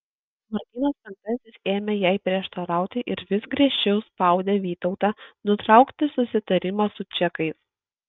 martynas penktasis ėmė jai prieštarauti ir vis griežčiau spaudė vytautą nutraukti susitarimą su čekais